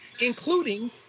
including